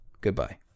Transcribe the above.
goodbye